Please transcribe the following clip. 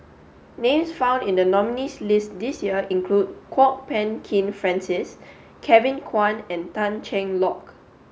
names found in the nominees' list this year include Kwok Peng Kin Francis Kevin Kwan and Tan Cheng Lock